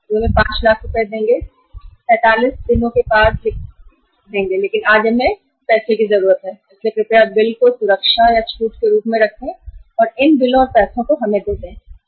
वे हमें 45 दिनों के बाद 5 लाख रुपए देंगे लेकिन हमें आज पैसे की जरूरत इसलिए इन बिलो की सुरक्षा के रूप में रख ले इनको डिस्काउंट कर दे और हमें पैसे दे दे